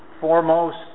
foremost